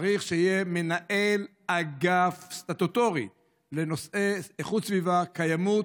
צריך שיהיה מנהל אגף סטטוטורי לנושאי איכות סביבה וקיימות.